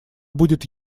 будет